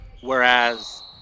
whereas